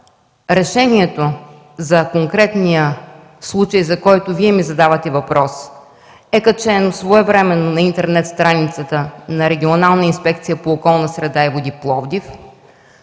Решението за конкретния случай, за който Вие ми задавате въпрос, е качено своевременно на интернет страницата на Регионална инспекция по околна среда и води – Пловдив,